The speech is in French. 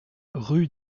rue